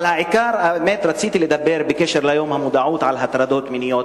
האמת שרציתי לדבר על יום המודעות להטרדות מיניות.